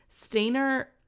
Stainer